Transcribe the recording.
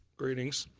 greetings.